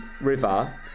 river